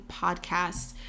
podcast